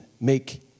Make